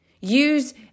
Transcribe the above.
Use